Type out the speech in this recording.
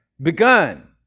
begun